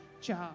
job